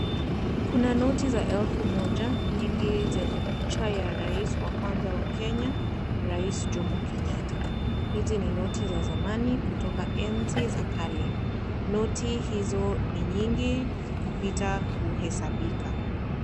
Kuna noti za elfu moja, nyingi zenye picha ya rais wa kwanza wa Kenya rais Jomo Kenyatta hizi ni noti za zamani kutoka enzi za kale, noti hizo ni nyingi kupita kuhesabika.